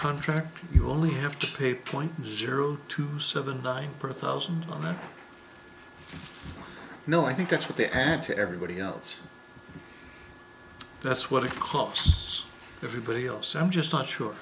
contract you only have to pay point zero two seven nine thousand no i think that's what they add to everybody else that's what it costs everybody else i'm just not sure